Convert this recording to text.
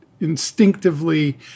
instinctively